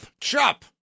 chop